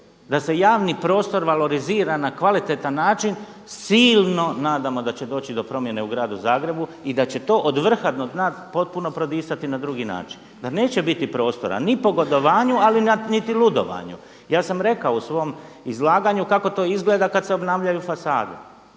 da se javni prostor valorizira na kvalitetan način silno nadamo da će doći do promjene u gradu Zagrebu i da će to od vrha do dna potpuno prodisati na drugi način, da neće biti prostora ni pogodovanju, ali niti ludovanju. Ja sam rekao u svom izlaganju kako to izgleda kad se obnavljaju fasade.